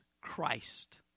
Christ